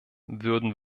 würden